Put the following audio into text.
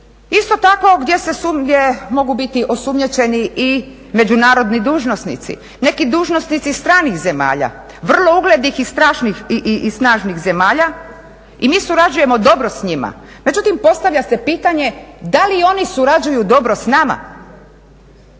Isto tako gdje mogu biti osumnjičeni i međunarodni dužnosnici, neki dužnosnici stranih zemalja vrlo uglednih i snažnih zemalja i mi surađujemo dobro s njima. Međutim, postavlja se pitanje da li i oni surađuju dobro s nama?